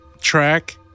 track